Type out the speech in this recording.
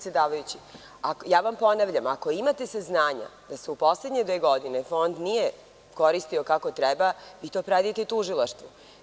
Predsedavajući, ponavljam vam, ako imate saznanja da se u poslednje dve godine Fond nije koristio kako treba, vi to predajte tužilaštvu.